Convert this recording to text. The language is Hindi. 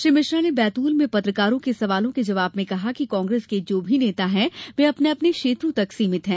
श्री मिश्रा ने बैतूल में पत्रकारों के सवालों के जवाब में कहा कि कांग्रेस के जो भी नेता हैं वे अपने अपने क्षेत्रों तक सीमित हैं